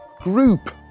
Group